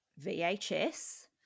VHS